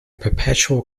perpetual